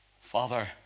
Father